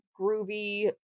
groovy